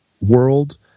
world